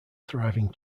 thriving